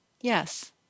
Yes